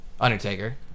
Undertaker